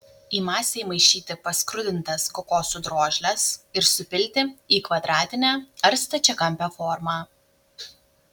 į masę įmaišyti paskrudintas kokosų drožles ir supilti į kvadratinę ar stačiakampę formą